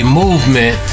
movement